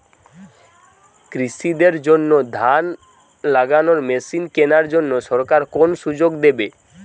কৃষি দের জন্য ধান লাগানোর মেশিন কেনার জন্য সরকার কোন সুযোগ দেবে?